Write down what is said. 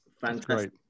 Fantastic